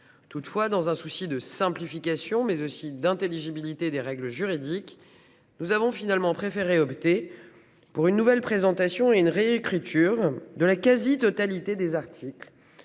Toutefois, dans un souci de simplification et d'intelligibilité des règles juridiques, nous avons finalement préféré une nouvelle présentation et une réécriture de la quasi-totalité des articles.